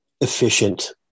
efficient